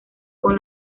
con